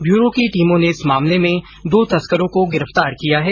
bureau की टीमों ने इस मामले में दो तस्करों को गिरफ्तार किया है